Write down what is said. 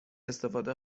استفاده